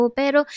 pero